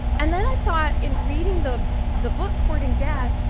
and then i thought, in reading the the book courting death,